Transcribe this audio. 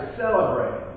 celebrate